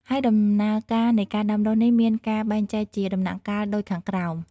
ហើយដំណើរការនៃការដាំដុះនេះមានការបែងចែកជាដំណាក់កាលដូចខាងក្រោម។